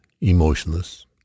emotionless